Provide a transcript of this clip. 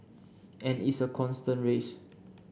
and it's a constant race